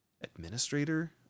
administrator